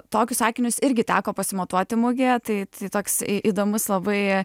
tokius akinius irgi teko pasimatuoti mugėje tai tai toks įdomus labai